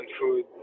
food